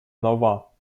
нова